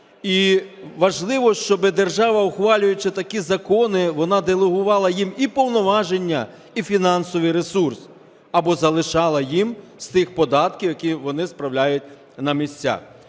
І важливо, щоби держава, ухвалюючи такі закони, вона делегувала їм і повноваження, і фінансовий ресурс, або залишала їм з тих податків, які вони справляють на місця.